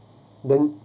then